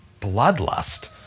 bloodlust